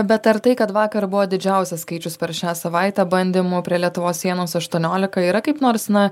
bet ar tai kad vakar buvo didžiausias skaičius per šią savaitę bandymu prie lietuvos sienos aštuoniolika yra kaip nors na